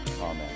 Amen